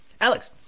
Alex